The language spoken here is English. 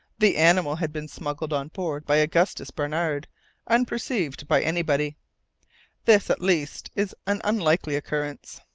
the animal had been smuggled on board by augustus barnard unperceived by anybody this, at least, is an unlikely occurrence.